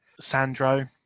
Sandro